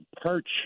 perch